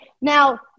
Now